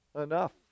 enough